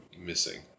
missing